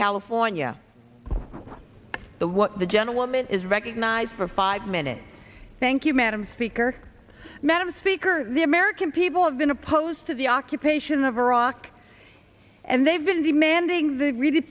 california the what the gentleman is recognized for five minutes thank you madam speaker madam speaker the american people have been opposed to the occupation of iraq and they've been demanding